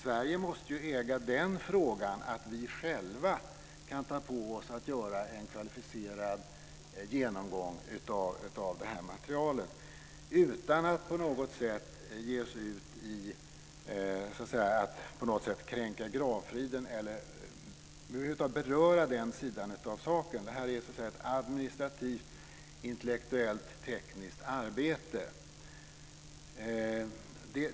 Sverige måste äga frågan när det gäller att vi själva kan ta på oss att göra en kvalificerad genomgång av detta material utan att på något sätt kränka gravfriden eller över huvud taget beröra den sidan av saken. Detta är i stället ett administrativt och intellektuellt tekniskt arbete.